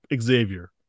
Xavier